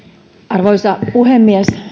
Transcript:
arvoisa puhemies